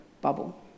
bubble